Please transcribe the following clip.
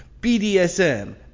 BDSM